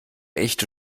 echte